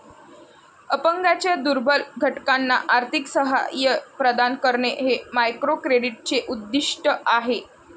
अपंगांच्या दुर्बल घटकांना आर्थिक सहाय्य प्रदान करणे हे मायक्रोक्रेडिटचे उद्दिष्ट आहे